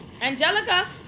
angelica